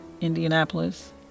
Indianapolis